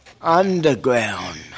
Underground